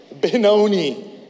Benoni